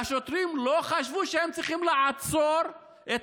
והשוטרים לא חשבו שהם צריכים לעצור את